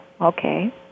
okay